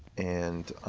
and